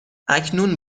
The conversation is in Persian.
اکنون